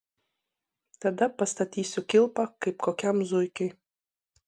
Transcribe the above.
tada pastatysiu kilpą kaip kokiam zuikiui